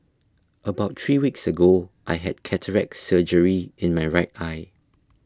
about three weeks ago I had cataract surgery in my right eye